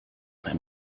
mijn